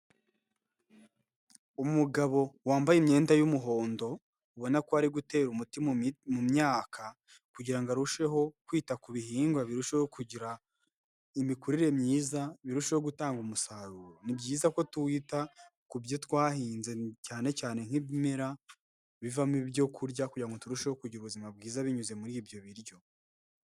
Umugabo wambaye imyenda y'umuhondo ubona ko ari gutera umuti mu myaka kugira ngo arusheho kwita ku bihingwa birushaho kugira imikurire myiza birusheho gutanga umusaruro. Ni byiza ko twita ku byo twahinze cyane cyane nk'ibimera bivamo ibyokurya kugirango ngo turusheho kugira ubuzima bwiza binyuze muri ibyo biryo.